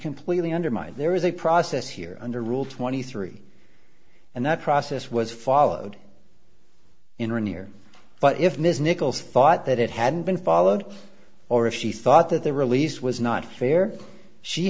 completely undermined there is a process here under rule twenty three and that process was followed in or near but if ms nichols thought that it hadn't been followed or if she thought that the release was not fair she